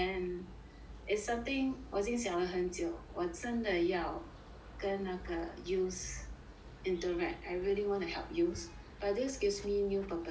it's something 我已经想了很久我真的要跟那个 youths interact I really want to help youths but this gives me new purpose lah